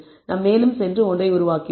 நாம் மேலும் சென்று ஒன்றை உருவாக்குவோம்